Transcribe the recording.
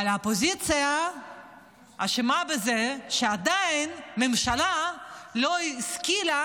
אבל האופוזיציה אשמה בזה שהממשלה עדיין לא השכילה